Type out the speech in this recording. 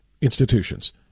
institutions